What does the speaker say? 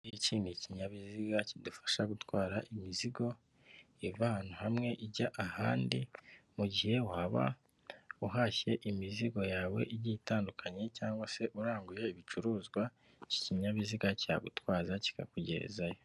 Iki ni ikinyabiziga kidufasha gutwara imizigo, iva ahantu hamwe ijya ahandi, mu gihe waba uhashye imizigo yawe igiye itandukanye cyangwa se uranguye ibicuruzwa, iki kinyabiziga cyagutwaza kikakugerezayo.